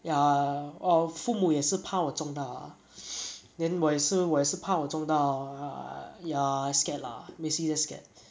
ya or 父母也是 power 重大 then why so 我也是怕我中到 you're scared lah may see the scared